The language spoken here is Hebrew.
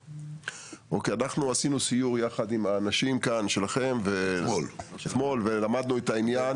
אנחנו עשינו אתמול סיור יחד עם האנשים שלכם ולמדנו את העניין.